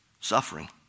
suffering